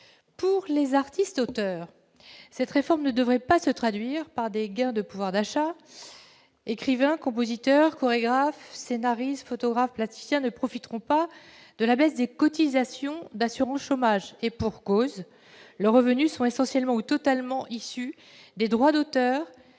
Pour les artistes auteurs, cette réforme ne devrait pas se traduire par des gains de pouvoir d'achat. Écrivains, compositeurs, chorégraphes, scénaristes, photographes, plasticiens ne profiteront pas de la baisse des cotisations d'assurance chômage, et pour cause : leurs revenus sont essentiellement ou totalement tirés des droits d'auteur